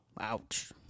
Ouch